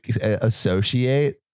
associate